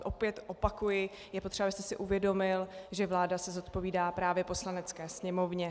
Opět opakuji, je potřeba, abyste si uvědomil, že vláda se zodpovídá právě Poslanecké sněmovně.